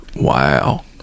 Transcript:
Wow